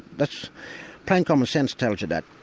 but plain commonsense tells you that.